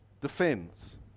defends